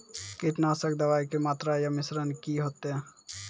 कीटनासक दवाई के मात्रा या मिश्रण की हेते?